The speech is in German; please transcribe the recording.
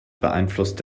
beeinflusst